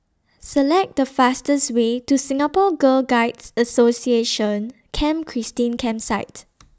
Select The fastest Way to Singapore Girl Guides Association Camp Christine Campsite